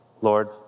Lord